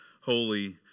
holy